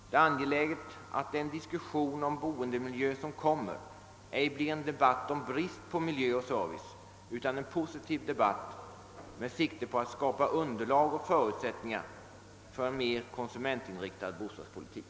Det är väsentligt att den diskussion om boendemiljö som kommer inte blir en debatt om brist på miljö och service utan en positiv debatt med sikte på att skapa underlag och förutsättningar för en mer konsumentinriktad bostadspolitik.